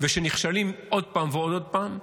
וכשנכשלים עוד פעם ועוד פעם,